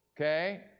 Okay